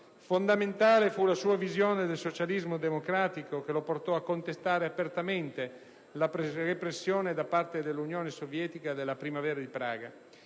Fondamentale fu la sua visione del socialismo democratico che lo portò a contestare apertamente la repressione da parte dell'Unione Sovietica della Primavera di Praga.